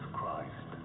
Christ